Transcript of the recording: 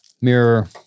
Mirror